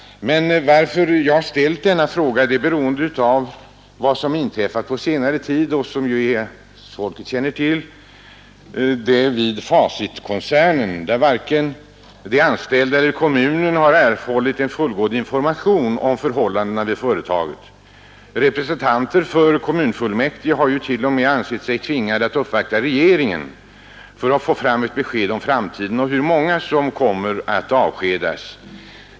Att jag ställt den frågan beror på vad som på senare tid har inträffat — och som ju svenska folket känner till — vid Facitkoncernen, där varken de anställda eller kommunen har erhållit fullgod information om förhållandena vid företaget. Representanter för kommunfullmäktige har t.o.m. ansett sig tvingade att uppvakta regeringen för att få fram ett besked om framtiden och om hur många som kommer att avskedas.